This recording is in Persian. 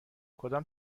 کدام